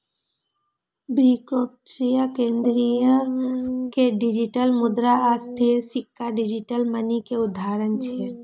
cryptocurrency, केंद्रीय bank के digital मुद्रा आ स्थिर सिक्का डिजिटल मनी के उदाहरण छियै